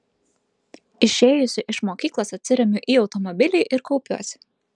išėjusi iš mokyklos atsiremiu į automobilį ir kaupiuosi